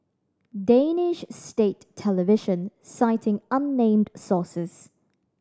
Danish state television citing unnamed sources